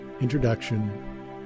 Introduction